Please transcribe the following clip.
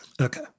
Okay